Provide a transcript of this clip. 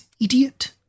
idiot